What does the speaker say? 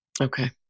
Okay